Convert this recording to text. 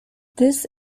this